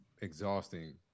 exhausting